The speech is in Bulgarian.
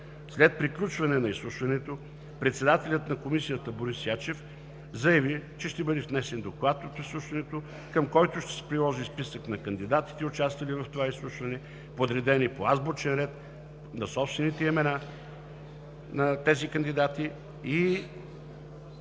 След приключване на изслушването председателят на комисията Борис Ячев заяви, че ще бъде внесен доклад от изслушването, към който ще се приложи списък на кандидатите, участвали в изслушването, подредени по азбучен ред на собствените имена на кандидатите